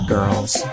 Girls